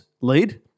lead